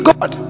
God